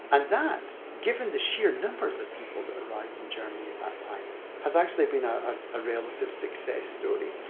and that given the sheer numbers of people that arrived in germany at that time has actually been a ah relative success story.